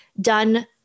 done